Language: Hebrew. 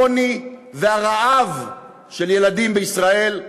העוני והרעב של ילדים בישראל,